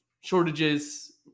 shortages